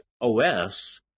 OS